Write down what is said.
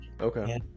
Okay